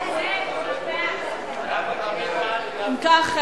אם כך,